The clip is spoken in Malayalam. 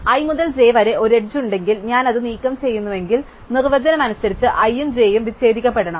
i മുതൽ j വരെ ഒരു എഡ്ജ് ഉണ്ടെങ്കിൽ ഞാൻ അത് നീക്കംചെയ്യുന്നുവെങ്കിൽ നിർവചനം അനുസരിച്ച് i ഉം j ഉം വിച്ഛേദിക്കപ്പെടണം